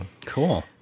Cool